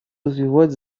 развивать